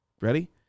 ready